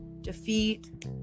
defeat